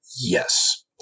yes